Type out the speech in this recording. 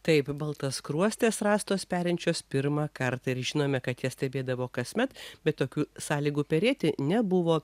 taip baltaskruostės rastos perinčios pirmą kartą ir žinome kad jas stebėdavo kasmet bet tokių sąlygų perėti nebuvo